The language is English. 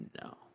No